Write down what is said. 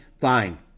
fine